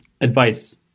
advice